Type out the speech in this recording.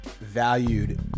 valued